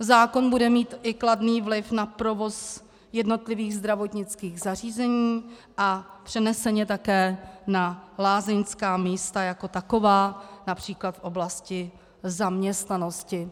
Zákon bude mít i kladný vliv na provoz jednotlivých zdravotnických zařízení a přeneseně také na lázeňská místa jako taková, například v oblasti zaměstnanosti.